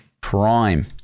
prime